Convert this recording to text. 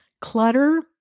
clutter